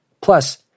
Plus